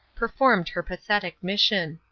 performed her pathetic mission.